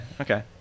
okay